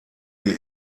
die